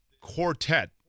quartet